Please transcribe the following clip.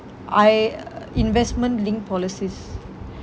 I investment linked policies